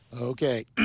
Okay